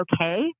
okay